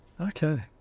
Okay